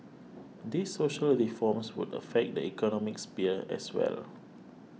these social reforms would affect the economic sphere as well